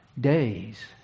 days